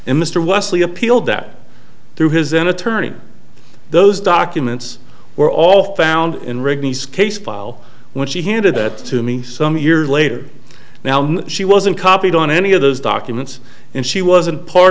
and mr wesley appealed that through his own attorney those documents were all found in rigby's case file which he handed it to me some years later now she wasn't copied on any of those documents and she wasn't part